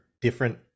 different